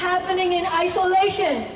happening in isolation